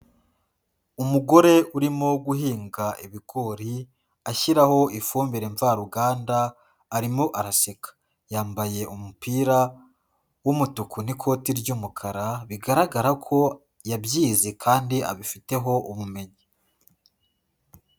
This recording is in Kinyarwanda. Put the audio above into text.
Umugore urimo guhinga ibigori ashyiraho ifumbire mvaruganda arimo araseka. Yambaye umupira w'umutuku n'ikoti ry'umukara bigaragara ko yabyize kandi abifiteho ubumenyi.